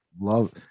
Love